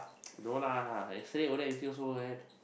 no lah yesterday go there you still hold her hand